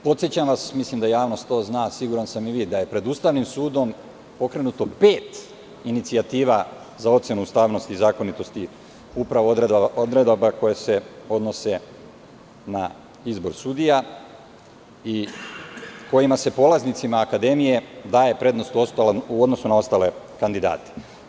Podsećam vas, mislim da javnost to zna, a siguran sam i vi, da je pred Ustavnim sudom pokrenuto pet inicijativa za ocenu ustavnosti i zakonitosti upravo odredaba koje se odnose na izbor sudija i kojima se polaznicima akademije daje prednost u odnosu na ostale kandidate.